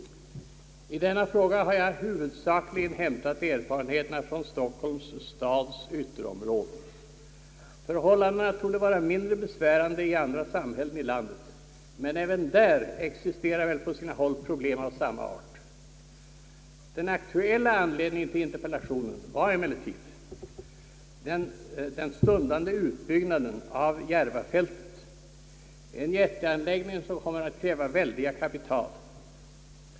I denna fråga har jag huvudsakligen hämtat erfarenheterna från Stockholms stads ytterområden. Förhållandena torde vara mindre besvärande i andra samhällen i landet, men även där existerar väl på sina håll problem av samma art. Den aktuella anledningen till interpellationen var emellertid den stundande utbyggnaden av Järvafältet, en jätteanläggning som kommer att kräva väldiga kapital.